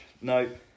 nope